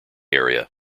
area